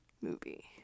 movie